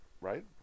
Right